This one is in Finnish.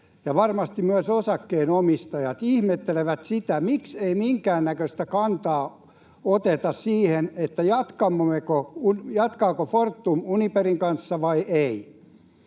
varmasti myös osakkeenomistajat ihmettelevät, miksi ei minkäännäköistä kantaa oteta siihen, jatkaako Fortum Uniperin kanssa vai ei.